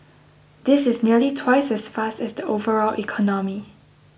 this is nearly twice as fast as the overall economy